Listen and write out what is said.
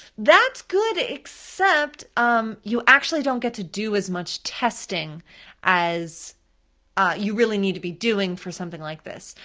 that's good, except um you actually don't get to do as much testing as you really need to be doing for something like this.